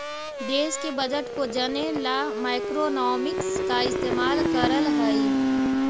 देश के बजट को जने ला मैक्रोइकॉनॉमिक्स का इस्तेमाल करल हई